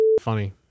Funny